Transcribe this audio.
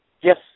Yes